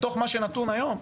בתוך מה שנתון היום,